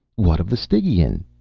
what of the stygian?